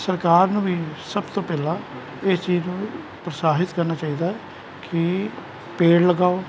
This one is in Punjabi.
ਸਰਕਾਰ ਨੂੰ ਵੀ ਸਭ ਤੋਂ ਪਹਿਲਾਂ ਇਸ ਚੀਜ਼ ਨੂੰ ਪਰੋਸਾਹਿਤ ਕਰਨਾ ਚਾਹੀਦਾ ਹੈ ਸਰਕਾਰ ਨੂੰ ਵੀ ਸਭ ਤੋਂ ਪਹਿਲਾਂ ਇਸ ਚੀਜ਼ ਨੂੰ ਉਤਸਾਹਿਤ ਕਰਨਾ ਚਾਹੀਦਾ ਕਿ ਪੇੜ ਲਗਾਓ